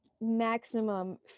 maximum